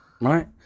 right